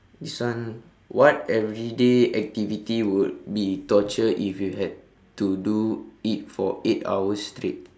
this one what everyday activity would be torture if you had to do it for eight hours straight